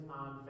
on